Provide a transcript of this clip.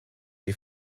die